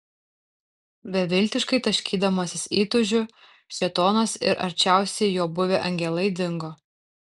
beviltiškai taškydamasis įtūžiu šėtonas ir arčiausiai jo buvę angelai dingo